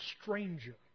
stranger